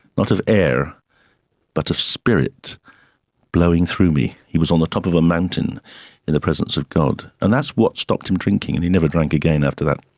not of air but of spirit blowing through me. he was on the top of a mountain in the presence of god. and that's what stopped him drinking, and he never drank again after that.